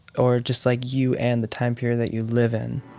or just, like, you and the time period that you live in.